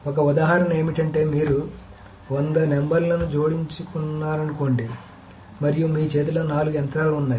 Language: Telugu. ఒక ఉదాహరణ ఏమిటంటే మీరు 100 నంబర్లను జోడించాలనుకుంటున్నారనుకోండి మరియు మీ చేతిలో నాలుగు యంత్రాలు ఉన్నాయి